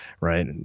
Right